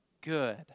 good